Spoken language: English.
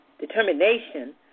determination